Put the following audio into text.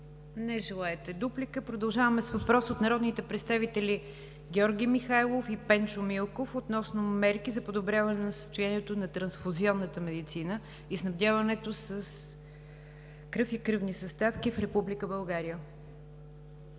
Министър. Продължаваме с въпрос от народните представители Георги Михайлов и Пенчо Милков относно мерки за подобряване на състоянието на трансфузионната медицина и снабдяването с кръв и кръвни съставки в Република България.